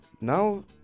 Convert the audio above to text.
Now